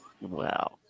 Wow